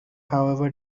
however